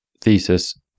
thesis